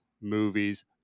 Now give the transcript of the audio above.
movies